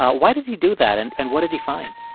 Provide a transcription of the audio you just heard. ah why did he do that and and what did he find?